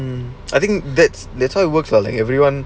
um I think that's that's how it works lah like everyone